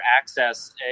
access